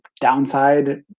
downside